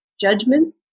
judgment